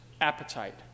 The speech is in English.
appetite